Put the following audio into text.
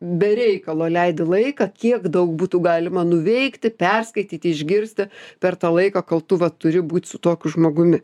be reikalo leidi laiką kiek daug būtų galima nuveikti perskaityti išgirsti per tą laiką kol tu vat turi būt su tokiu žmogumi